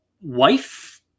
wife